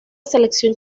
selección